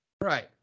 Right